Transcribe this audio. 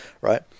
right